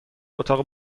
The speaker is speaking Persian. اتاق